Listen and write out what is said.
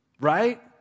right